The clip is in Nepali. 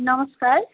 नमस्कार